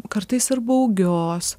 kartais ir baugios